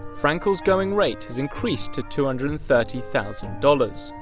frankel's going rate has increased to two hundred and thirty thousand dollars.